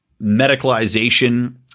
medicalization